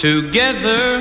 Together